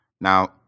Now